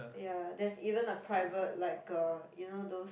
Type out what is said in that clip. ya there's even a private like a you know those